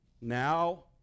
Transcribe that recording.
Now